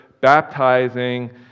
baptizing